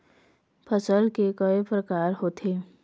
फसल के कय प्रकार होथे?